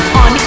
on